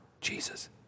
Jesus